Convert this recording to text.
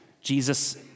Jesus